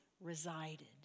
resided